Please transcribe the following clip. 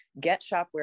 getshopware